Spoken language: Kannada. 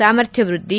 ಸಾಮರ್ಥ್ಯ ವೃದ್ದಿ